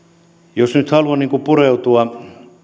jos nyt haluan pureutua